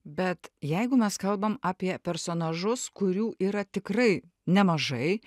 bet jeigu mes kalbam apie personažus kurių yra tikrai nemažai